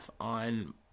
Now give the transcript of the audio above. on